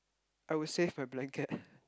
I would save my blanket